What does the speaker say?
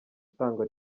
itangwa